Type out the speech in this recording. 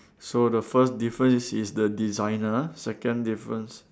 so the first difference is the designer second difference